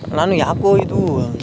ನಾನು ಯಾಕೋ ಇದು